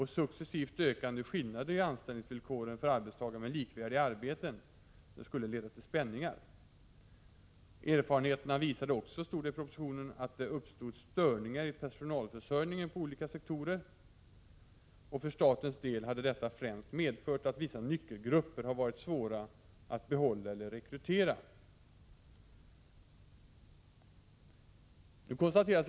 Successivt ökande skillnader i anställningsvillkor för arbetstagare med likvärdiga arbeten skulle leda till spänningar. Erfarenheterna visar ocskå, stod det i propositionen, att det uppstått störningar i personalförsörjningen på olika sektorer. För statens del hade detta främst medfört att vissa nyckelgrupper varit svåra att behålla eller rekrytera.